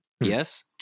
Yes